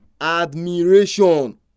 admiration